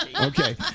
Okay